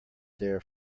there